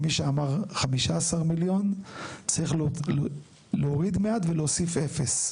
מי שאמר 15 מיליון צריך להוריד מעט ולהוסיף אפס.